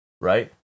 right